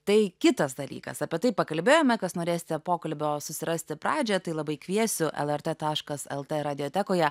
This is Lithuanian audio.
tai kitas dalykas apie tai pakalbėjome kas norėsite pokalbio susirasti pradžią tai labai kviesiu lrt taškas lt radiotekoje